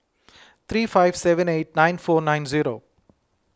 three five seven eight nine four nine zero